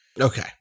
Okay